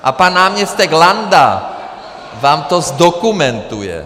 A pan náměstek Landa vám to zdokumentuje.